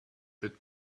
bit